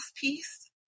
piece